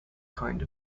kind